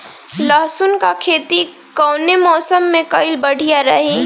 लहसुन क खेती कवने मौसम में कइल बढ़िया रही?